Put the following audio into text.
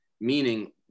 meaning